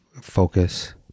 focus